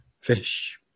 fish